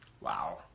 Wow